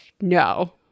no